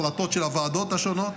החלטות של הוועדות השונות.